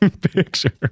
picture